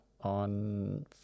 on